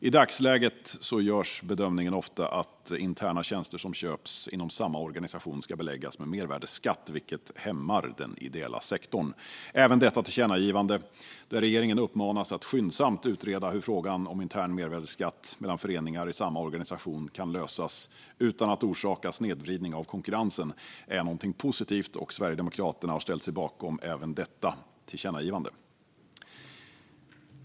I dagsläget görs ofta bedömningen att interna tjänster som köps inom samma organisation ska beläggas med mervärdesskatt, vilket hämmar den ideella sektorn. Även detta tillkännagivande, där regeringen uppmanas att skyndsamt utreda hur frågan om intern mervärdeskatt mellan föreningar i samma organisation kan lösas utan att orsaka snedvridning av konkurrensen, är positivt, och Sverigedemokraterna har ställt sig bakom även detta tillkännagivande.